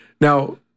Now